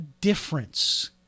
difference